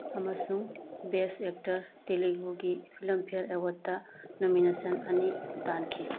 ꯑꯃꯁꯨꯡ best actor ꯇꯦꯂꯦꯒꯨꯒꯤ Filmfare ꯑꯦꯋꯥꯔꯗꯇ ꯅꯣꯃꯤꯅꯦꯁꯟ ꯑꯅꯤ ꯇꯥꯟꯈꯤ